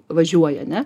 važiuoja ne